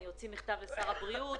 אני אוציא מכתב לשר הבריאות,